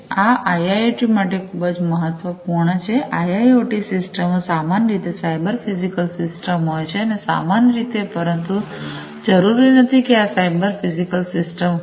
આ આઈઆઈઑટી માટે ખૂબ જ મહત્વપૂર્ણ છે આઈઆઈઑટી સિસ્ટમો સામાન્ય રીતે સાયબર ફિઝિકલ સિસ્ટમ્સ હોય છે સામાન્ય રીતે પરંતુ જરૂરી નથી કે આ સાયબર ફિઝિકલ સિસ્ટમ્સ હોય